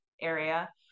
area